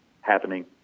happening